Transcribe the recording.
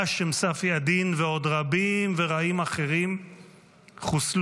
האשם ספי א-דין ועוד רבים ורעים אחרים חוסלו.